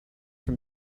from